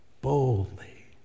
Boldly